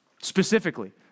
Specifically